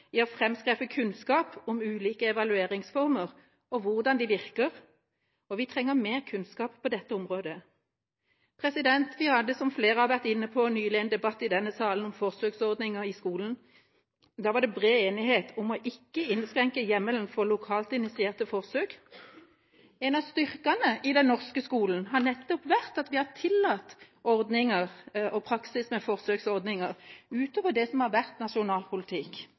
i å framskaffe kunnskap om ulike evalueringsformer og hvordan de virker, og vi trenger mer kunnskap på dette området. Vi hadde, som flere har vært inne på, nylig en debatt i denne salen om forsøksordninger i skolen. Da var det bred enighet om ikke å innskrenke hjemmelen for lokalt initierte forsøk. En av styrkene i den norske skolen har nettopp vært at vi har tillatt ordninger og praksis med forsøksordninger utover det som har vært nasjonal politikk.